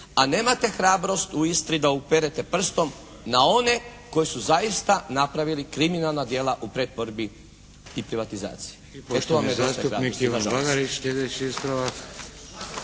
A nemate hrabrost u Istri da uperete prstom na one koji su zaista napravili kriminalna djela u pretvorbi i privatizaciji.